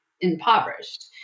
impoverished